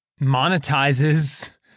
monetizes